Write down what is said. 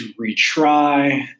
retry